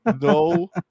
No